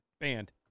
banned